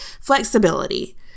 flexibility